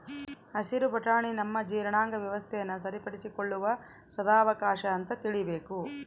ಹಸಿರು ಬಟಾಣಿ ನಮ್ಮ ಜೀರ್ಣಾಂಗ ವ್ಯವಸ್ಥೆನ ಸರಿಪಡಿಸಿಕೊಳ್ಳುವ ಸದಾವಕಾಶ ಅಂತ ತಿಳೀಬೇಕು